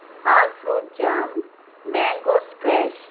all fruit jam mango squash